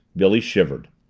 billy shivered.